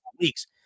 weeks